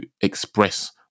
express